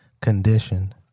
condition